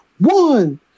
One